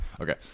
okay